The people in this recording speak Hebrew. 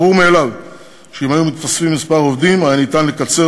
ברור מאליו שאילו התווספו כמה עובדים היה ניתן לקצר